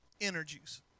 energies